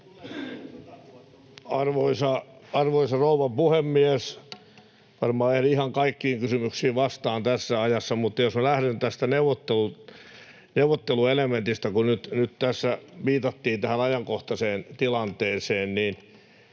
Arvoisa rouva puhemies! Varmaan en ehdi ihan kaikkiin kysymyksiin vastaamaan tässä ajassa, mutta jos lähden tästä neuvotteluelementistä, kun nyt tässä viitattiin tähän ajankohtaiseen tilanteeseen, niin